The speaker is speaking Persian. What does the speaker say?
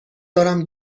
دارم